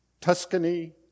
Tuscany